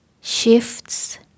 shifts